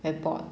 very bored